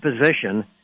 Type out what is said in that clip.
position